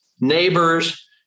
neighbors